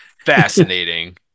fascinating